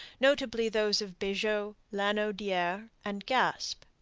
notably those of beaujeu, lanaudiere, and gaspe.